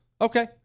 Okay